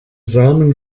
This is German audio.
samen